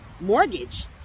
mortgage